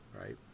Right